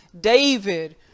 David